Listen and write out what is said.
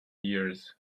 years